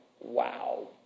Wow